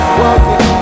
walking